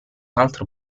altro